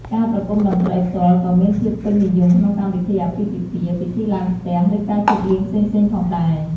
ការប្រគំតន្ត្រីផ្ទាល់ក៏មានភាពពេញនិយមក្នុងកម្មវិធីអាពាហ៍ពិពាហ៍ ពិធីឡើងផ្ទះ ឬការជប់លៀងផ្សេងៗផងដែរ។